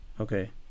Okay